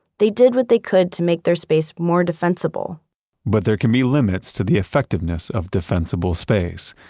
they did what they could to make their space more defensible but there can be limits to the effectiveness of defensible space.